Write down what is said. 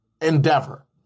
endeavor